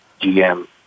GM